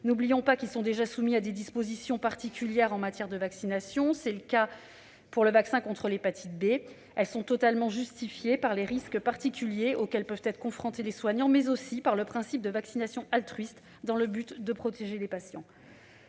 N'oublions pas qu'ils sont déjà soumis à des dispositions particulières en matière de vaccination, comme c'est le cas pour le vaccin contre l'hépatite B. Elles sont justifiées par les risques particuliers auxquels peuvent être confrontés les soignants, mais aussi par le principe de vaccination altruiste dans le but de protéger les patients.